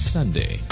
Sunday